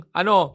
ano